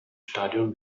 stadion